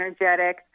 energetic